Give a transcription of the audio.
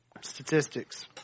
statistics